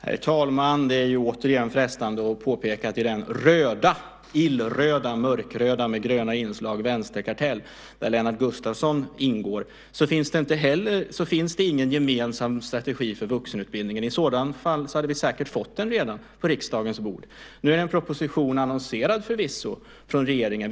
Herr talman! Det är återigen frestande att påpeka att i den illröda - mörkröda med gröna inslag - vänsterkartell där Lennart Gustavsson ingår finns det inte någon gemensam strategi för vuxenutbildning. I så fall hade vi säkert redan fått den på riksdagens bord. Det är förvisso en proposition aviserad från regeringen.